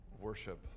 worship